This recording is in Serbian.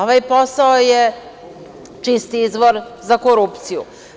Ovaj posao je čist izvor za korupciju.